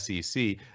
SEC